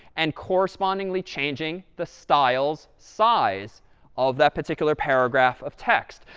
and correspondingly changing the style's size of that particular paragraph of text.